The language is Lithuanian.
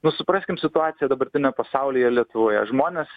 nu supraskim situaciją dabartinę pasaulyje ir lietuvoje žmonės